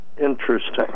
interesting